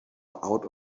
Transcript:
out